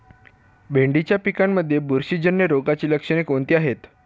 भेंडीच्या पिकांमध्ये बुरशीजन्य रोगाची लक्षणे कोणती आहेत?